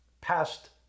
past